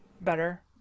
better